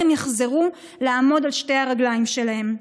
הם יחזרו לעמוד על שתי הרגליים שלהם.